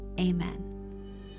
Amen